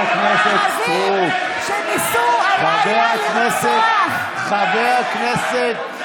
חברת הכנסת סטרוק --- שניסו הלילה לרצוח ------ חבר הכנסת.